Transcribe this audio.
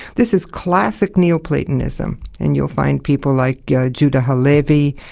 this is classic neo-platonism. and you'll find people like yeah judah halevi,